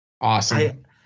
Awesome